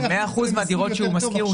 מאה אחוזים מהדירות שהוא משכיר,